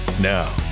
Now